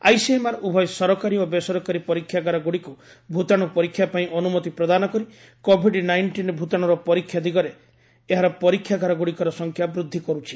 ICMR ଉଭୟ ସରକାରୀ ଓ ବେସରକାରୀ ପରୀକ୍ଷାଗାର ଗୁଡ଼ିକୁ ଭୂତାଣୁ ପରୀକ୍ଷା ପାଇଁ ଅନୁମତି ପ୍ରଦାନ କରି କୋଭିଡ ନାଇଷ୍ଟିନ ଭୂତାଣୁର ପରୀକ୍ଷା ଦିଗରେ ଏହାର ପରୀକ୍ଷାଗାର ଗୁଡ଼ିକର ସଂଖ୍ୟା ବୃଦ୍ଧି କରୁଛି